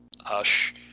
hush